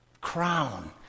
crown